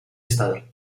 estado